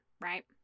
right